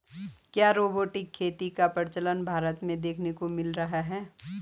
क्या रोबोटिक खेती का प्रचलन भारत में देखने को मिल रहा है?